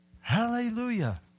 Hallelujah